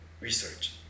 research